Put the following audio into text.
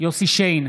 יוסף שיין,